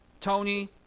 Tony